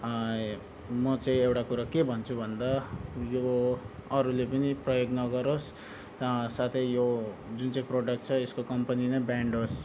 म चाहिँ एउटा कुरा के भन्छु भन्दा यो अरूले पनि प्रयोग नगरोस् साथै यो जुन चाहिँ प्रडक्ट छ यसको कम्पनी नै ब्यान्ड होस्